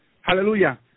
hallelujah